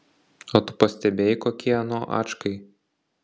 o tu pastebėjai kokie ano ačkai